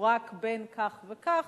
הוא רק בן כך וכך,